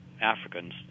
Africans